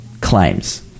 claims